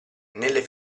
nelle